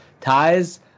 ties